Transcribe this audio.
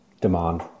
demand